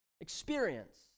experience